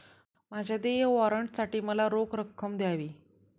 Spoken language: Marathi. माझ्या देय वॉरंटसाठी मला रोख रक्कम द्यावी